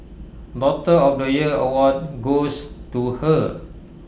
daughter of the year award goes to her